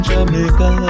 Jamaica